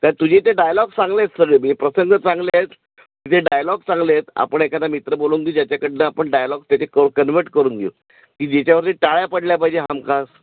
का तुझे ते डायलॉग चांगलेत सगळे म्हणजे प्रसंग चांगले आहेत ते डायलॉग चांगलेत आपण एखादा मित्र बोलवून देऊ ज्याच्याकडनं आपण डायलॉग त्याचे को कन्वर्ट करून घेऊ की ज्याच्यावरती टाळ्या पडल्या पाहिजे हमखास